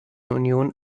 union